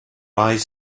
eyes